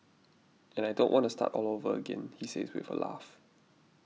and I don't want to start all over again he says with a laugh